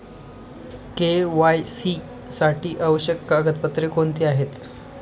KYC साठी आवश्यक कागदपत्रे कोणती आहेत?